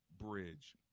bridge